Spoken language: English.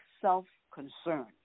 self-concern